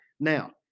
Now